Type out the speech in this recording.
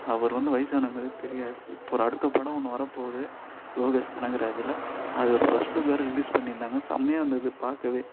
அவர் வந்து வயதான மாதிரியே தெரியாது இப்போ ஒரு அடுத்த படம் ஒன்று வர போகுது லோகேஷ் கனகராஜ்ஜில் அதோடய ஃபஸ்ட் லுக் வேறு ரிலீஸ் பண்ணியிருந்தாங்க செம்மையாக இருந்தது பார்க்கவே